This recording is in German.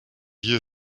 hier